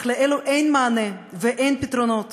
אך לאלה אין מענה ואין פתרונות